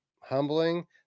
humbling